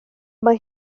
mae